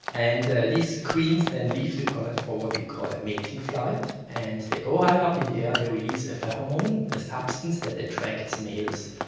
and these queens then leave the colony for what we call a mating flight and they go high up in the air, they release a pheromone, a substance that attracts males,